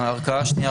הערכאה השנייה,